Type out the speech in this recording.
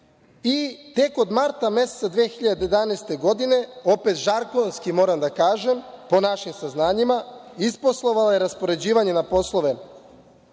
Tek od marta meseca 2011. godine, opet žargonski moram da kažem, po našim saznanjima, isposlovao je raspoređivanje na poslove